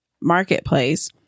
marketplace